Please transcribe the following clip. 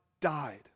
died